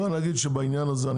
אני חייבת להגיד שבעניין הזה,